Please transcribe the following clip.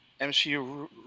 MCU